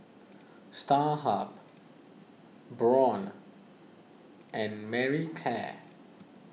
Starhub Braun and Marie Claire